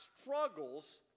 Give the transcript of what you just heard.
struggles